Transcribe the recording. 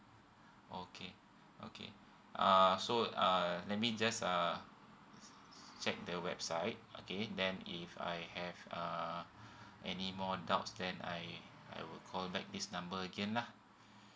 okay okay uh so err let me just err check the website okay then if I have uh any more doubts then I I will call back this number again lah